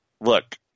look